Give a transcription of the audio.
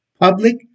Public